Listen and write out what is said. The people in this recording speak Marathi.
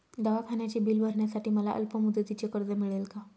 दवाखान्याचे बिल भरण्यासाठी मला अल्पमुदतीचे कर्ज मिळेल का?